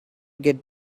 get